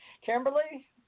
Kimberly